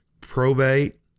Probate